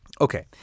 Okay